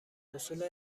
اصول